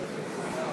לשבת.